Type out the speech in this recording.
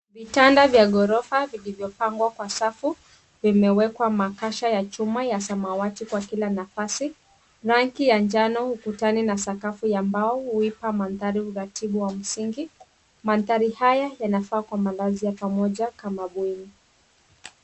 Vitanda vya ghorofa vilivyopangwa kwa safu vimewekwa makasha ya chuma ya samawati kwa kila nafasi. Rangi ya njano ukutani na sakafu ya mbao huipa mandhari uratibu wa msingi. Mandhari haya yanafaa kwa malazi ya pamoja kama bweni.